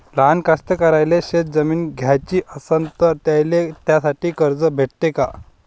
लहान कास्तकाराइले शेतजमीन घ्याची असन तर त्याईले त्यासाठी कर्ज भेटते का?